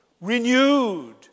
renewed